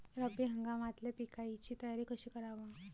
रब्बी हंगामातल्या पिकाइची तयारी कशी कराव?